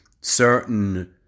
certain